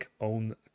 own